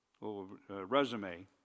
resume